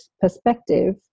perspective